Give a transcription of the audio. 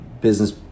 business